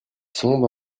sonde